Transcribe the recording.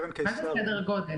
מה זה "סדר גודל"?